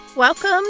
Welcome